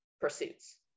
pursuits